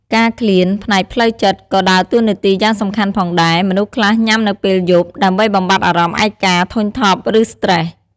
ការឃ្លានផ្នែកផ្លូវចិត្តក៏ដើរតួនាទីយ៉ាងសំខាន់ផងដែរ មនុស្សខ្លះញ៉ាំនៅពេលយប់ ដើម្បីបំបាត់អារម្មណ៍ឯកា ធុញថប់ ឬស្ត្រេស។